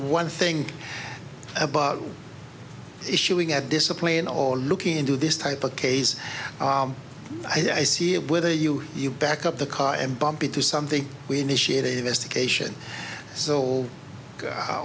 one thing about issuing a discipline or looking into this type of case i see it whether you you back up the car and bump into something we initiated investigation so